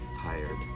tired